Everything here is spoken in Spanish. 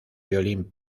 violín